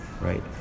right